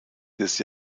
des